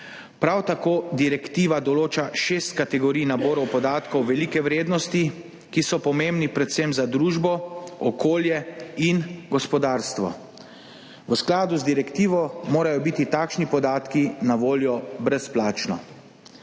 prav tako direktiva določa šest kategorij naborov podatkov velike vrednosti, ki so pomembni predvsem za družbo, okolje in gospodarstvo. V skladu z direktivo morajo biti takšni podatki na voljo brezplačno.